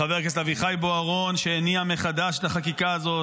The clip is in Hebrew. לחבר הכנסת אביחי בוארון שהניע מחדש את החקיקה הזאת,